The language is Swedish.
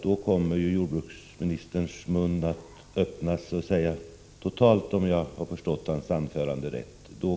Då kommer ju jordbruksministerns mun att så att säga öppnas totalt, om jag har förstått hans anförande rätt.